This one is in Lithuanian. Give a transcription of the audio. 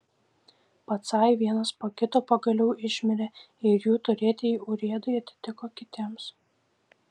pacai vienas po kito pagaliau išmirė ir jų turėtieji urėdai atiteko kitiems